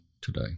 today